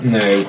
no